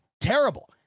terrible